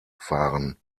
fahren